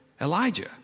Elijah